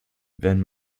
wenn